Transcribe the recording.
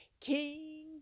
King